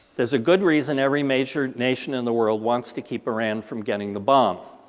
there's a good reason every major nation in the world wants to keep iran from getting the bomb.